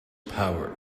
power